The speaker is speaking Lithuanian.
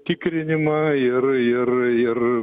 tikrinimą ir ir ir